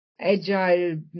agile